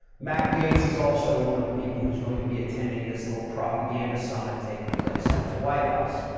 matt gaetz is also one of the people who's going to be attending this little propaganda summit taking place at the white house.